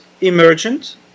emergent